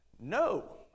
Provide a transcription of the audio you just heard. No